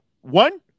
One